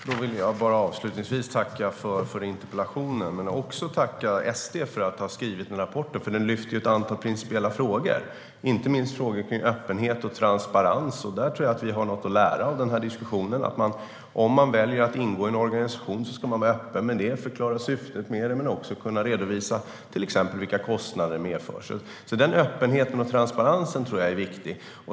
Herr talman! Då vill jag bara avslutningsvis tacka för interpellationen. Men jag vill också tacka ST för att ha skrivit rapporten för den lyfter ju ett antal principiella frågor, inte minst frågor kring öppenhet och transparens. Där tror jag att vi har något att lära av den här diskussionen. Om man väljer att ingå i en organisation ska man vara öppen med det, förklara syftet med det men också kunna redovisa till exempel vilka kostnader det medför. Den öppenheten och transparensen tror jag är viktig.